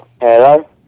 Hello